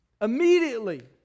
Immediately